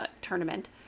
tournament